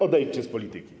Odejdźcie z polityki.